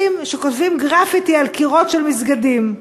שכותבים גרפיטי על קירות של מסגדים.